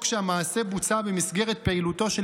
או כשהמעשה בוצע במסגרת פעילותו של